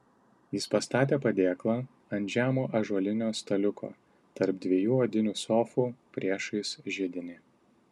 jis pastatė padėklą ant žemo ąžuolinio staliuko tarp dviejų odinių sofų priešais židinį